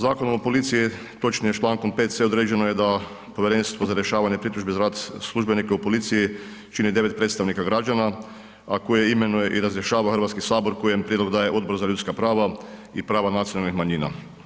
Zakonom o policiji, točnije čl. 5. se određuje da Povjerenstvo za rješavanje pritužbi za rad u policiji čini 9 predstavnika građana a koje imenuje i razrješava Hrvatski sabor kojem prijedlog daje Odbor za ljudska prava i prava nacionalnih manjina.